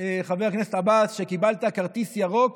חבר הכנסת עבאס, שקיבלת כרטיס ירוק